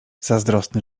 zazdrosny